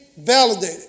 validated